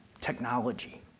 technology